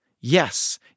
Yes